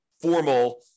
formal